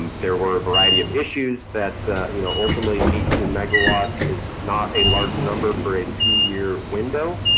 and there were a variety of issues that you know, ultimately eighteen megawatts is not a large number for a two-year window.